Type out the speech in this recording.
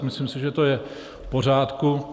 Myslím si, že to je v pořádku.